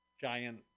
giant